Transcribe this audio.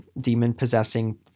demon-possessing